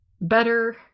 Better